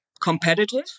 competitive